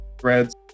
threads